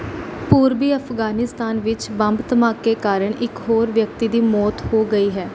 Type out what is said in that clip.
ਪੂਰਬੀ ਅਫ਼ਗ਼ਾਨਿਸਤਾਨ ਵਿੱਚ ਬੰਬ ਧਮਾਕੇ ਕਾਰਨ ਇੱਕ ਹੋਰ ਵਿਅਕਤੀ ਦੀ ਮੌਤ ਹੋ ਗਈ ਹੈ